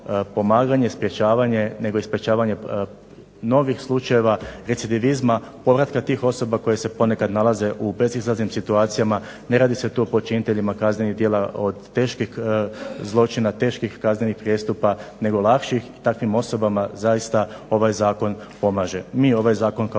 pomaganje, sprječavanje, nego i sprječavanje novih slučajeva recidivizma, povratka tih osoba koje se poneka nalaze u bezizlaznim situacijama. Ne radi se tu o počiniteljima kaznenih, od teških zločina, teških kaznenih prijestupa nego lakših i takvim osobama zaista ovaj zakon pomaže. Mi ovaj zakon kao